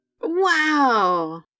Wow